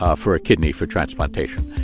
ah for a kidney for transplantation.